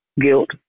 guilt